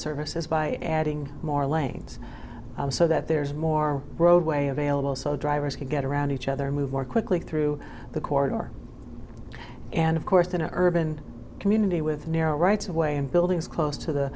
service is by adding more lanes so that there's more roadway available so drivers can get around each other move more quickly through the corridor and of course in an urban community with narrow rights of way and buildings close to the